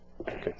Okay